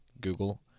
Google